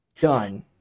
Done